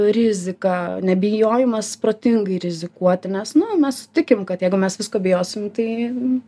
rizika nebijojimas protingai rizikuoti nes nu mes sutikim kad jeigu mes visko bijosim tai